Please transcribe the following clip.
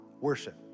worship